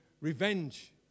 revenge